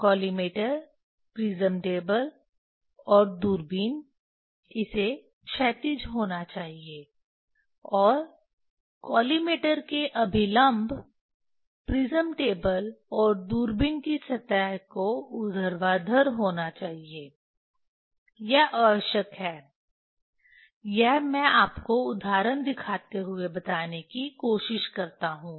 collimator prism table और दूरबीन इसे क्षैतिज होना चाहिए और कॉलिमेटर के अभिलंब प्रिज्म टेबल और दूरबीन की सतह को ऊर्ध्वाधर होना चाहिए यह आवश्यक है यह मैं आपको उदाहरण दिखाते हुए बताने की कोशिश करता हूं